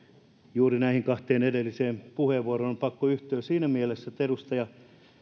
juuri näihin kahteen edelliseen puheenvuoroon on pakko yhtyä siinä mielessä että edustaja